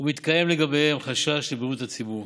ומתקיים לגביהם חשש לבריאות הציבור.